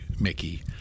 Mickey